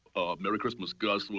merry christmas, gus!